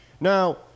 Now